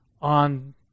on